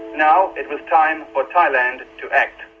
now it was time for thailand to act.